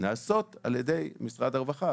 נעשות על ידי משרד הרווחה.